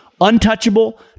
untouchable